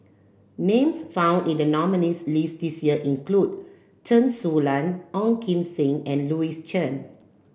names found in the nominees list this year include Chen Su Lan Ong Kim Seng and Louis Chen